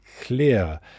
clear